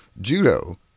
Judo